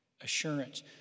assurance